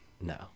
no